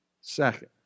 Second